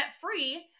free